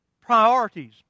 priorities